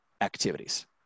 activities